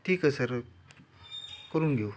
ठीक आहे सर करून घेऊ